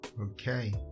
Okay